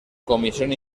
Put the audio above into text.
comisión